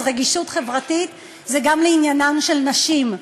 אז רגישות חברתית זה גם לעניינן של נשים.